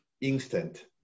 instant